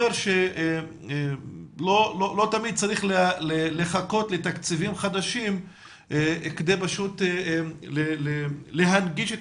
לא תמיד צריך לחכות לתקציבים חדשים כדי להנגיש את